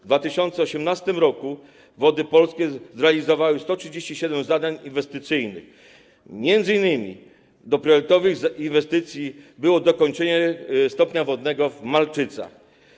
W 2018 r. Wody Polskie realizowały 137 zadań inwestycyjnych, m.in. wśród priorytetowych inwestycji było dokończenie stopnia wodnego w Malczycach.